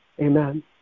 Amen